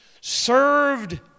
served